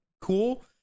cool